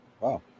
Wow